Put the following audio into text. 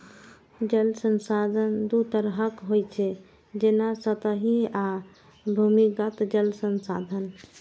जल संसाधन दू तरहक होइ छै, जेना सतही आ भूमिगत जल संसाधन